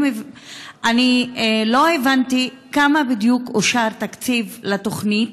אני לא הבנתי כמה תקציב אושר בדיוק לתוכנית,